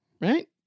Right